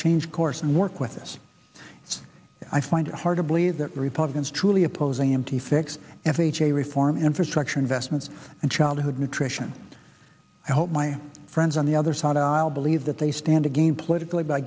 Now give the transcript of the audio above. change course and work with us i find it hard to believe that republicans truly opposing him to fix if e j reform infrastructure investments and childhood nutrition i hope my friends on the other side i'll believe that they stand to gain politically by